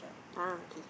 ah okay